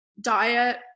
diet